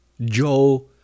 Joe